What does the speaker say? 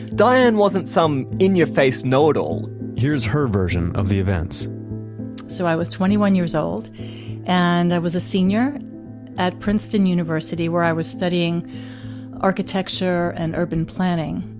diane wasn't some in your face know it all here is her version of the events so, i was twenty one years old and i was a senior at princeton university where i was studying architecture and urban planning.